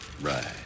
Right